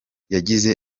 yagize